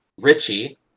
Richie